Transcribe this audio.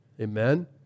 Amen